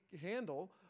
handle